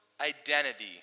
identity